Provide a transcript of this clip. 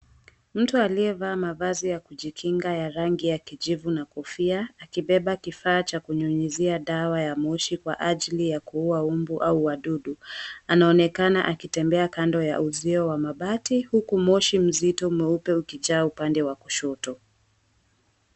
Mtu aliye vaa mavazi ya rangi ya kijivu na kofia akibeba kifaa cha kunyunyuzia moshi kwa ajili ya kuuwa umbu au wadudu anaonekana akitembea kando ya uzio wa mabati huku moshi mzito ukijaa upande wa kushoto.